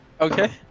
Okay